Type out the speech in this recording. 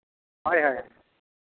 ᱦᱳᱭ ᱦᱳᱭ